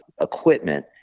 equipment